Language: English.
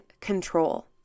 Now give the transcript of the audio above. control